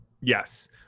Yes